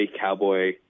cowboy